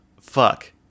fuck